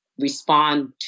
respond